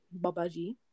Babaji